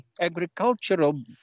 agricultural